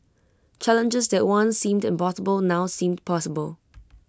challenges that once seemed impossible now seem possible